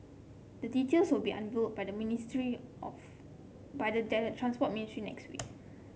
the details will be unveiled by ministry of by the Transport Ministry next week